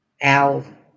Al